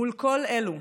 מול כל אלו,